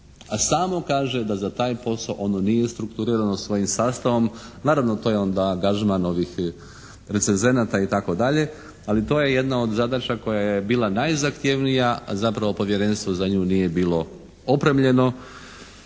A samo kaže da za taj posao ono nije strukturirano svojim sastavom. Naravno to je onda angažman ovih recenzenata i tako dalje, ali to je jedna od zadaća koja je bila najzahtjevnija a zapravo povjerenstvo za nju nije bilo opremljeno